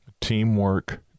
Teamwork